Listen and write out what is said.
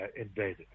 invaded